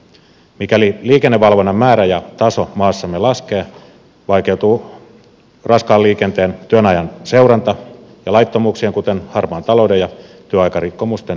mikäli liikennevalvonnan määrä ja taso maassamme laskee vaikeutuu raskaan liikenteen työajan seuranta ja laittomuuksien kuten harmaan talouden ja työaikarikkomusten kitkeminen